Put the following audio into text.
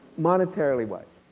monetarily wise.